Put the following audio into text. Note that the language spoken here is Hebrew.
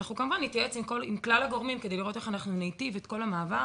ואנחנו כמובן נתייעץ עם כלל הגורמים כדי לראות איך להיטיב את כל המעבר.